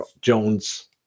Jones